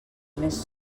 més